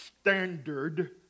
Standard